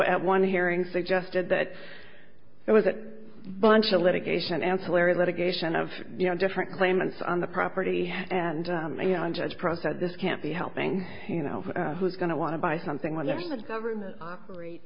at one hearing suggested that it was a bunch of litigation ancillary litigation of you know different claimants on the property and you know i'm just pro said this can't be helping you know who's going to want to buy something